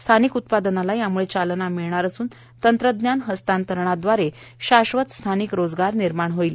स्थानिक उत्पादनाला यामुळे चालना मिळणार असून तंत्रज्ञान हस्तांतरणा दवारे शाश्वत स्थानिक रोजगार निर्माण होणार आहे